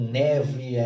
neve